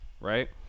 right